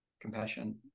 compassion